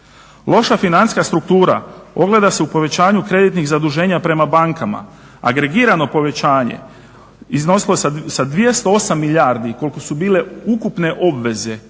Loša financijska struktura ogleda se u povećanju kreditnih zaduženja prema bankama. Agregirano povećanje iznosilo je sa 208 milijardi koliko su bile ukupne obveze